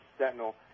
Sentinel